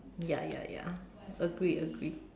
ya ya ya agree agree